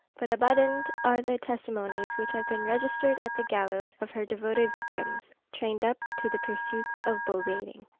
but abundant are the testimonies which have been registered at the gallows of her devoted victims, trained up to the pursuits of bull-baiting.